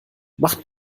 macht